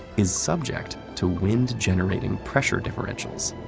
is subject to wind-generating pressure differentials,